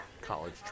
college